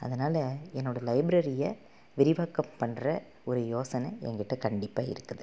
அதனால் என்னோடய லைப்ரரியை விரிவாக்கம் பண்ற ஒரு யோசனை எங்கிட்ட கண்டிப்பாக இருக்குது